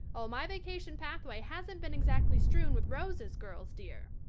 oh, my vacation pathway hasn't been exactly strewn with roses, girls dear.